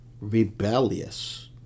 rebellious